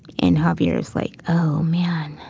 and javier is like, oh man.